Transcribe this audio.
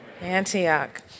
Antioch